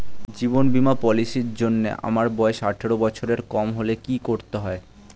জীবন বীমা পলিসি র জন্যে আমার বয়স আঠারো বছরের কম হলে কি করতে হয়?